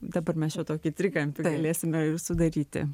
dabar mes čia tokį trikampį galėsime ir sudaryti